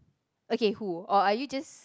okay who or are you just